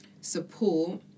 support